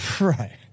Right